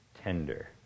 tender